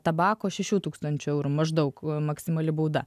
tabako šešių tūkstančių eurų maždaug maksimali bauda